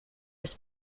his